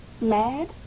Mad